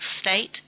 state